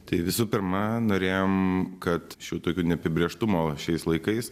tai visų pirma norėjome kad šiuo tokiu neapibrėžtumo šiais laikais